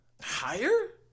Higher